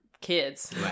kids